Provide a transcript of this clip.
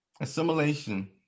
Assimilation